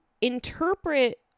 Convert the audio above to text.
interpret